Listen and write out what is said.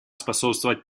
способствовать